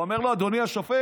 והוא אומר לו: אדוני השופט,